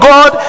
God